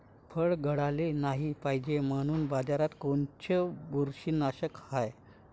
फळं गळाले नाही पायजे म्हनून बाजारात कोनचं बुरशीनाशक हाय?